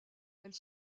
elles